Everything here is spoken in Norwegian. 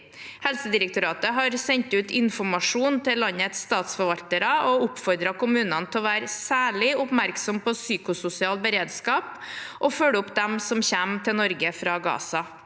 Helsedirektoratet har sendt ut informasjon til landets statsforvaltere og oppfordret kommunene til å være særlig oppmerksomme på psykososial beredskap og å følge opp dem som kommer til Norge fra Gaza.